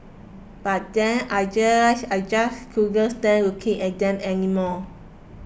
but then I realised I just couldn't stand looking at them anymore